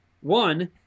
one